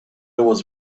was